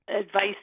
advice